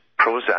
Prozac